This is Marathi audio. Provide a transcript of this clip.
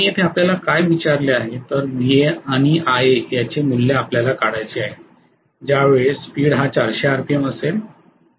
आणि येथे आपल्याला काय विचारले आहे तर Va आणि Ia याचे मूल्य काढायचे आहे ज्यावेळेस स्पीड हा 400 आरपीएम असेल